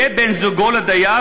יהיה בן-זוגו לדייר,